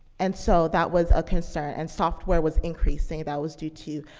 and so that was a concern. and software was increasing. that was due to,